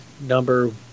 number